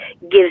gives